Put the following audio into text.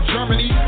Germany